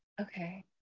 Okay